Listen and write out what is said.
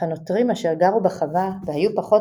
אך הנוטרים אשר גרו בחווה והיו פחות